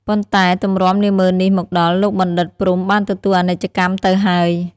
ប៉ុន្តែទម្រាំនាហ្មឺននេះមកដល់ លោកបណ្ឌិត ព្រហ្មបានទទួលអនិច្ចកម្មទៅហើយ ។